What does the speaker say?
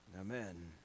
Amen